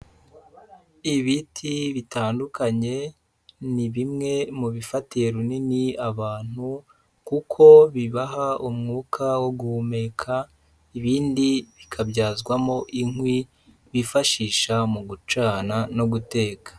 Ibiti bitandukanye ni bimwe mu bifatiye runini abantu kuko bibaha umwuka wo guhumeka, ibindi bikabyazwamo inkwi bifashisha mu gucana no guteka.